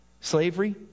Slavery